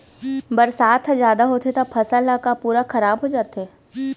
बरसात ह जादा होथे त फसल ह का पूरा खराब हो जाथे का?